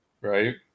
right